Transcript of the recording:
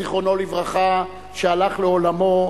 זיכרונו לברכה, שהלך לעולמו,